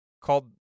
called